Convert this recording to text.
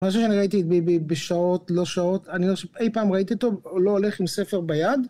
משהו שאני ראיתי בשעות, לא שעות, אי פעם ראיתי אותו לא הולך עם ספר ביד